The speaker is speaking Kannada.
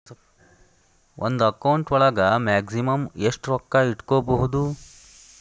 ಒಂದು ಅಕೌಂಟ್ ಒಳಗ ಮ್ಯಾಕ್ಸಿಮಮ್ ಎಷ್ಟು ರೊಕ್ಕ ಇಟ್ಕೋಬಹುದು?